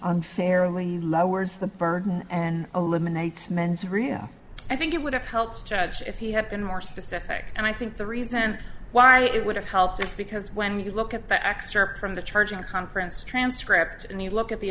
unfairly lowers the burden and eliminates men's ria i think it would have helped if he had been more specific and i think the reason why it would have helped is because when you look at the excerpt from the charging conference transcript and you look at the